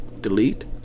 delete